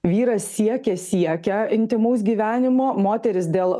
vyras siekia siekia intymaus gyvenimo moteris dėl